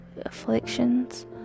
afflictions